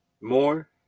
more